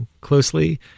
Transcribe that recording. closely